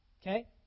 Okay